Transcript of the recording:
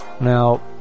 now